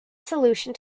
solution